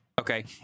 Okay